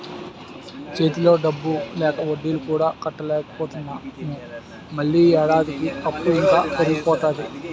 చేతిలో డబ్బు లేక వడ్డీలు కూడా కట్టలేకపోతున్నాము మళ్ళీ ఏడాదికి అప్పు ఇంకా పెరిగిపోతాది